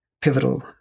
pivotal